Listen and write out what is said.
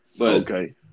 Okay